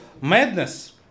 madness